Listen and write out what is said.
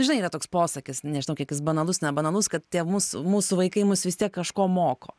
žinai yra toks posakis nežinau kiek jis banalus nebanalus kad tie mūsų mūsų vaikai mus vis tiek kažko moko